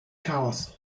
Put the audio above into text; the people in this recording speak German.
chaos